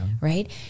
right